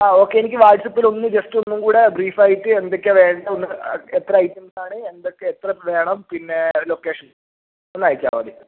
ആ ഓക്കെ എനിക്ക് വാട്സപ്പിലൊന്ന് ജസ്റ്റ് ഒന്നും കൂടെ ബ്രീഫ് ആയിട്ട് എന്തൊക്കെയാ വേണ്ടെ എന്ന് എത്ര ഐറ്റംസാണ് എന്തൊക്കെ എത്ര വേണം പിന്നെ ലൊക്കേഷൻ ഒന്നയ്ക്കാവോ അതിൽ